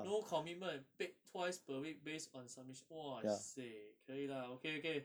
no commitment paid twice per week based on submission !wah! seh 可以 lah okay okay